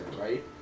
right